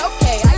Okay